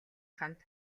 хамт